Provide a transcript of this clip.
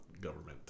government